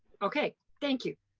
okay, thank you.